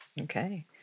Okay